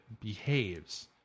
behaves